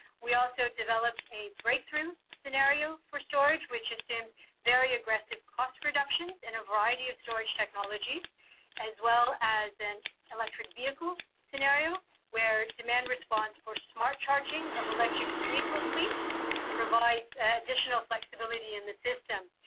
we also developed a breakthrough scenario for storage, which is in very aggressive cost reductions in a variety of storage, as well as and electric vehicle scenario where the man response for smart charging of electric vehicle fee provides additional flexibility in the system.